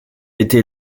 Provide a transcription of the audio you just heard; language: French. été